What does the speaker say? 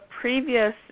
previous